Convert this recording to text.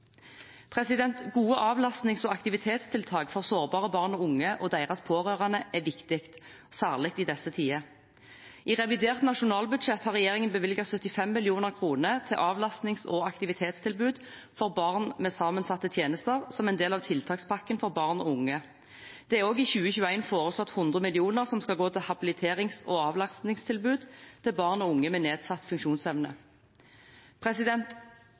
Gode avlastnings- og aktivitetstiltak for sårbare barn og unge og deres pårørende er viktig, særlig i disse tider. I revidert nasjonalbudsjett har regjeringen bevilget 75 mill. kr til avlastnings- og aktivitetstilbud for barn med sammensatte tjenester som en del av tiltakspakken for barn og unge. Det er også for 2021 foreslått 100 mill. kr som skal gå til habiliterings- og avlastningstilbud til barn og unge med nedsatt funksjonsevne.